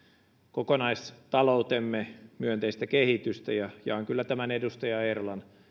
kokonaistaloutemme myönteistä kehitystä ja jaan kyllä tämän edustaja eerolan